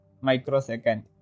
microsecond